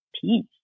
peace